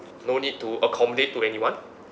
no need to accommodate to anyone